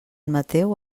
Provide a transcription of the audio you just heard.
mateu